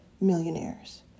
millionaires